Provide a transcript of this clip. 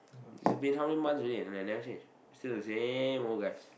it's becoming months already and I never change still the same old guys